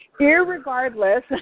irregardless